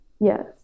Yes